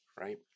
right